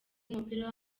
w’umupira